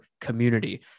community